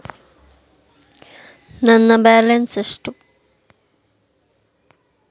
ನನ್ನ ಬ್ಯಾಲೆನ್ಸ್ ಎಷ್ಟು?